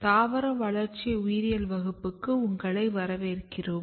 தாவர வளர்ச்சி உயிரியல் வகுப்புக்கு உங்களை வரவேற்கிறோம்